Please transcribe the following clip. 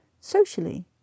Socially